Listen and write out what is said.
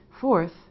Fourth